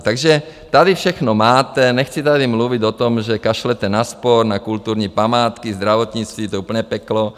Takže tady všechno máte, nechci tady mluvit o tom, že kašlete na sport, na kulturní památky, zdravotnictví to je úplné peklo.